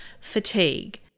fatigue